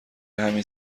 همین